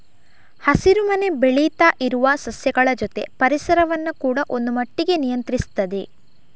ಹಸಿರು ಮನೆ ಬೆಳೀತಾ ಇರುವ ಸಸ್ಯಗಳ ಜೊತೆ ಪರಿಸರವನ್ನ ಕೂಡಾ ಒಂದು ಮಟ್ಟಿಗೆ ನಿಯಂತ್ರಿಸ್ತದೆ